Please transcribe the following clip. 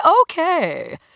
Okay